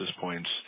points